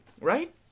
Right